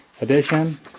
edition